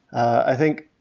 i think,